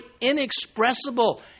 inexpressible